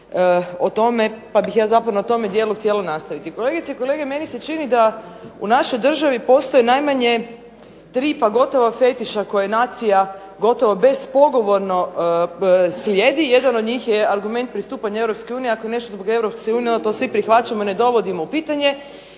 pa bih ja zapravo na tome dijelu htjela nastaviti. Kolegice i kolege meni se čini da u našoj državi postoje najmanje 3 pa gotovo fetiša koje nacija gotovo bespogovorno slijedi. Jedan od njih je argument pristupanja EU, ako je nešto zbog EU onda to svi prihvaćamo i ne dovodimo u pitanje.